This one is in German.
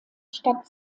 stadt